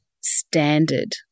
standard